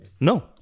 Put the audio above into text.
No